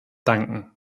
danken